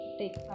take